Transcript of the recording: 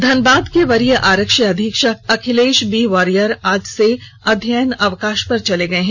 धनबाद के वरीय आरक्षी अधीक्षक अखिलेश बी वारियर आज से अध्ययन अवकाश पर चले गए हैं